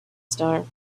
star